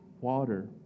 water